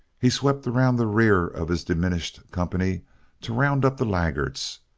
he swept around the rear of his diminished company to round up the laggards,